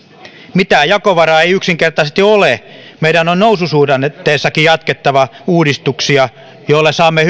mitään jakovaraa ei yksinkertaisesti ole meidän on noususuhdanteessakin jatkettava uudistuksia joilla saamme